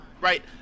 right